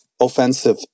offensive